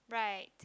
right